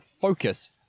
focus